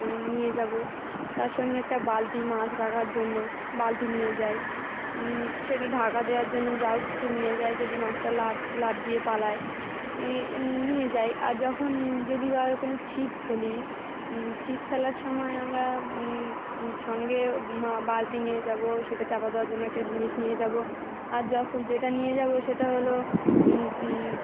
নিয়ে যাব তার সঙ্গে একটা বালতি মাছ রাখার জন্য বালতি নিয়ে যাই সেটা ঢাকা দেওয়ার জন্য যাও কিছু নিয়ে যায় যদি মাছটা লাভ লাভ দিয়ে পালায় নিয়ে যাই আর যখন যদি বা কোনো ছিপ ফেলি ছিপ ফেলার সময় আমরা সঙ্গে বালতি নিয়ে যাব সেটা চাপা দেওয়ার জন্য একটা জিনিস নিয়ে যাবো আর যখন যেটা নিয়ে যাবো সেটা হলো